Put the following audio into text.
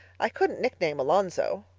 i couldn't nickname alonzo.